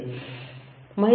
ಇದು 14